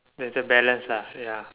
there's a balance lah ya